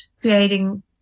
creating